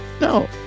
No